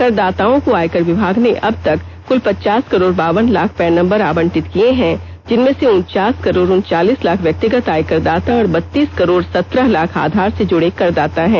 कर दाताओं को आयकर विभाग ने अब तक कुल पचास करोड़ बावन लाख पैन नम्बर आवंटित किए हैं जिनमें से उनचास करोड उनचालीस लाख व्यक्तिगत आयकरदाता और बत्तीस करोड सत्रह लाख आधार से जुडे करदाता हैं